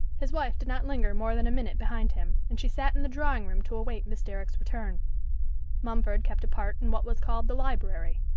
his wife did not linger more than a minute behind him, and she sat in the drawing-room to await miss derrick's return mumford kept apart in what was called the library.